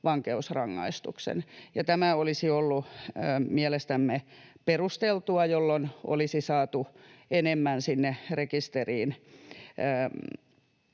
vankeusrangaistukseen. Tämä olisi ollut mielestämme perusteltua, jolloin olisi saatu sinne rekisteriin